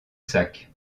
sac